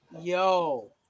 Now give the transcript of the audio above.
Yo